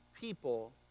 people